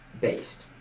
based